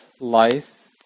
life